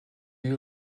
you